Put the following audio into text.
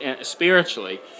spiritually